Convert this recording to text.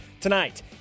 tonight